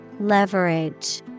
Leverage